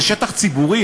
זה שטח ציבורי,